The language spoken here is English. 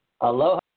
Aloha